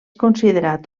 considerat